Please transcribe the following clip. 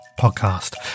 Podcast